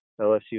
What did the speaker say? LSU